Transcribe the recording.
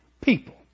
people